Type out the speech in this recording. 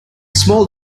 small